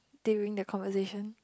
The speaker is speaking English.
during the conversation